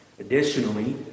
Additionally